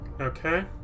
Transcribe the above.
Okay